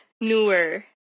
newer